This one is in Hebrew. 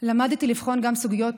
למדתי לבחון גם סוגיות